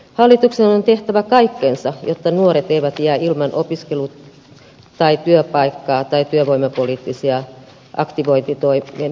hallituksen on tehtävä kaikkensa jotta nuoret eivät jää ilman opiskelu tai työpaikkaa tai työvoimapoliittisia aktivointitoimenpiteitä